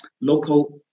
local